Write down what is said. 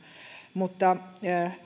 mutta